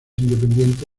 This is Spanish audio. independiente